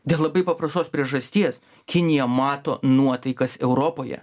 dėl labai paprastos priežasties kinija mato nuotaikas europoje